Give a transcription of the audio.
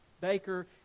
baker